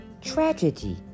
tragedy